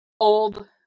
old